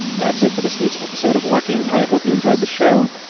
that's it for this week's episode of working. i hope you enjoyed the show.